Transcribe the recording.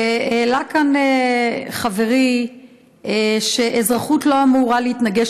והעלה כאן חברי שאזרחות לא אמורה להתנגש